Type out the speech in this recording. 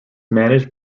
managed